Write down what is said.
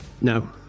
No